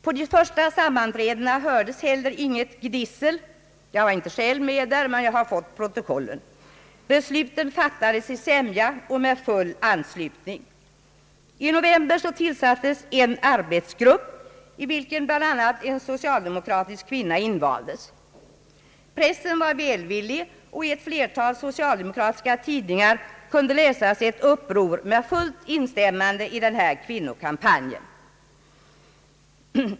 På de första sammanträdena hördes heller inget gnissel jag var inte själv med men har fått protokollen. Besluten fattades i sämja och med full anslutning. I november tillsattes en arbetsgrupp, i vilken bl.a. en socialdemokratisk kvinna invaldes. Pressen var välvillig, och i ett flertal socialdemokratiska tidningar kunde läsas ett upprop med fullt instämmande i denna kvinnokampanj.